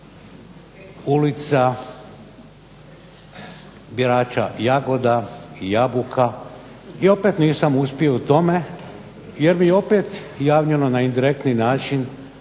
ulica, berača jagoda i jabuka i opet nisam uspio u tome jer mi je opet javljeno na indirektni način